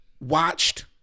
watched